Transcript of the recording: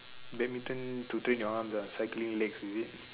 badminton to train your arms ah cycling legs is it